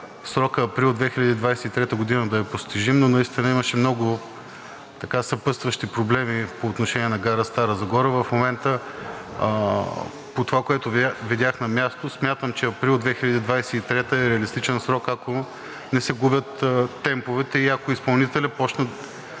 срокът – април 2023 г., да е постижим, но наистина имаше много съпътстващи проблеми по отношение на гара Стара Загора. В момента по това, което видях на място, смятам, че април 2023 г. е реалистичен срок, ако не се губят темповете и ако изпълнителят започне